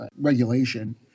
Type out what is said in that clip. regulation